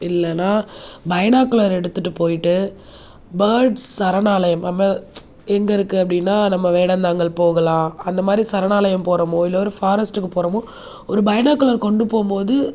இல்லைன்னா பைனாகுலர் எடுத்துகிட்டு போயிட்டு பேர்ட்ஸ் சரணாலயம் நம்ம எங்கே இருக்குது அப்படின்னா நம்ம வேடந்தாங்கல் போகலாம் அந்த மாதிரி சரணாலயம் போகிறோமோ இல்லை ஒரு ஃபாரஸ்ட்டுக்கு போகிறோமோ ஒரு பைனாகுலர் கொண்டு போகும்போது